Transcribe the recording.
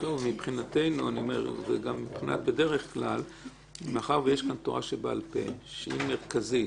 מבחינתנו וגם בדרך כלל מאחר שיש כאן תורה שבעל-פה שהיא מרכזית